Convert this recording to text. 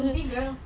mean girls